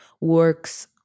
works